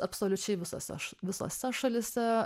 absoliučiai visose ša visose šalyse